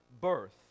birth